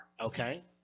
Okay